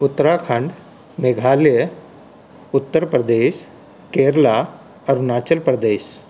Uttarakhand Meghalaya Uttar Pradesh Kerala Arunachal Pradesh